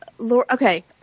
Okay